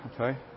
Okay